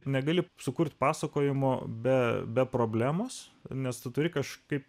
negali sukurti pasakojimo be be problemos nes tu turi kažkaip